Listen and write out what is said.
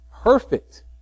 perfect